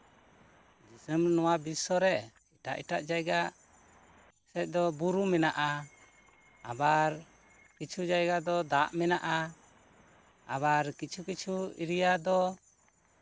ᱫᱤᱥᱚᱢ ᱱᱚᱣᱟ ᱵᱤᱥᱥᱚ ᱨᱮ ᱮᱴᱟᱜᱼᱮᱴᱟᱜ ᱡᱟᱭᱜᱟ ᱥᱮᱫ ᱫᱚ ᱵᱩᱨᱩ ᱢᱮᱱᱟᱜᱼᱟ ᱟᱵᱟᱨ ᱠᱤᱪᱷᱩ ᱡᱟᱭᱜᱟ ᱫᱚ ᱫᱟᱜ ᱢᱮᱱᱟᱜᱼᱟ ᱟᱵᱟᱨ ᱠᱤᱪᱷᱩᱼᱠᱤᱪᱷᱩ ᱮᱨᱤᱭᱟ ᱫᱚ